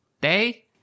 Day